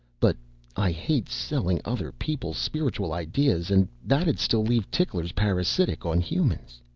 but i hate selling other people spiritual ideas and that'd still leave ticklers parasitic on humans.